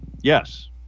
yes